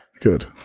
Good